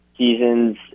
seasons